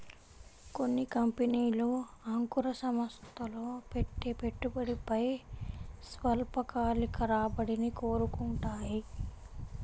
కొన్ని కంపెనీలు అంకుర సంస్థల్లో పెట్టే పెట్టుబడిపై స్వల్పకాలిక రాబడిని కోరుకుంటాయి